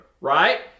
right